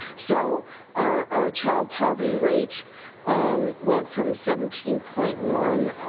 so our our child poverty rate went from seventeen point one